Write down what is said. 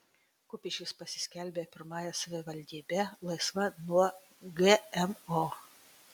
kupiškis pasiskelbė pirmąją savivaldybe laisva nuo gmo